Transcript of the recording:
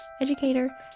educator